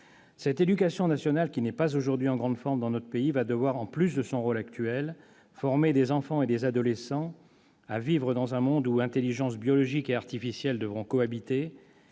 Cette éducation nationale qui n'est pas aujourd'hui en grande forme va devoir, en plus de son rôle actuel, former des enfants et des adolescents à vivre dans un monde où intelligences biologiques et artificielles devront cohabiter,